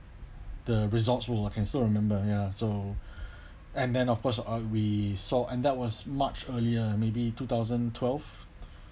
the resorts world I can still remember ya so and then of course uh we saw and that was much earlier maybe two thousand twelve